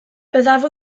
byddaf